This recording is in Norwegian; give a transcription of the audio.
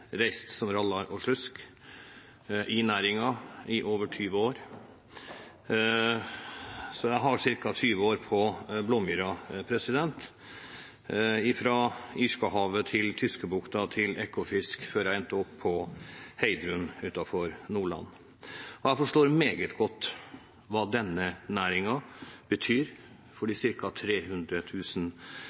reist som rallar og slusk i næringen i over 20 år. Jeg har ca. 20 år på blåmyra – fra Irskesjøen til Tyskebukta, til Ekofisk – før jeg endte opp på Heidrun utenfor Nordland. Jeg forstår meget godt hva denne næringen betyr for de